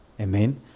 Amen